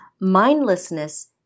mindlessness